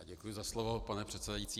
Děkuji za slovo, pane předsedající.